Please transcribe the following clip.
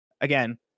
again